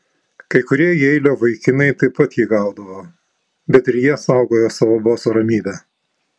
kai kurie jeilio vaikinai taip pat jį gaudavo bet ir jie saugojo savo boso ramybę